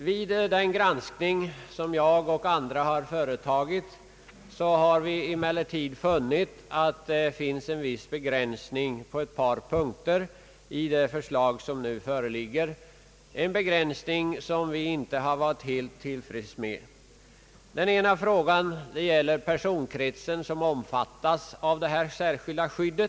Vid den granskning som jag och andra företagit har vi emellertid funnit att det på ett par punkter i det nu föreliggande förslaget finns en viss begränsning, som vi inte varit helt tillfreds med. En fråga gäller den personkrets som omfattas av detta särskilda skydd.